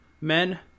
men